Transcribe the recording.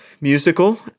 musical